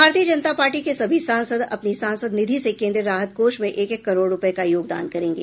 भारतीय जनता पार्टी के सभी सांसद अपनी सांसद निधि से केंद्रीय राहत कोष में एक एक करोड़ रुपये का योगदान करेंगे